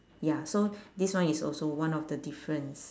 ya so this one is also one of the difference